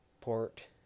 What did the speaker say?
port